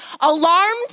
alarmed